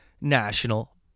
National